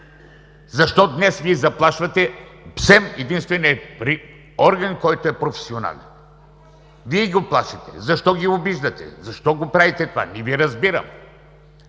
Защо днес Вие заплашвате СЕМ – единственият орган, който е професионален. Вие го плашите. Защо ги обиждате? Защо го правите това? Не Ви разбирам.